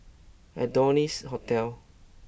Adonis Hotel